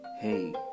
Hey